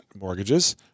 mortgages